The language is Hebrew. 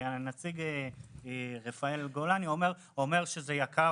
והנציג רפאל גולני אומר שזה יקר